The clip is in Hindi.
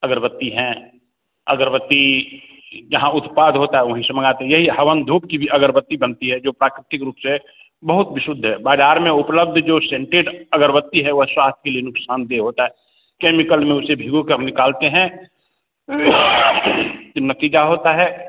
अगरबत्ती है अगरबत्ती जहाँ उत्पाद होता है वहीं से मांगते हैं यही हवन धूप की भी अगरबत्ती बनती है जो प्राकृतिक रूप से बहुत ही शुद्ध है बाज़ार में उपलब्ध जो सेंटेड अगरबत्ती है वह स्वास्थ्य के लिए नुक़सानदह होता है केमिकल में उसे भिगो के हम निकालते हैं जो नतिजा का होता है